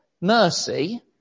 mercy